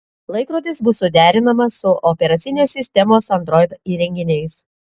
laikrodis bus suderinamas su operacinės sistemos android įrenginiais